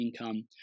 income